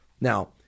Now